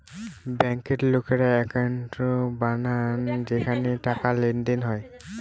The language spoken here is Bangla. ব্যাঙ্কের লোকেরা একাউন্ট বানায় যেখানে টাকার লেনদেন হয়